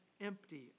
empty